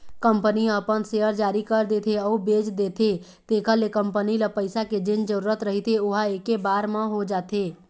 company ह अपन share जारी कर देथे अउ बेच देथे तेखर ले कंपनी ल पइसा के जेन जरुरत रहिथे ओहा ऐके बार म हो जाथे